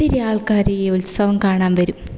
ഒത്തിരി ആൾക്കാർ ഈ ഉത്സവം കാണാൻ വരും